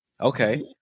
Okay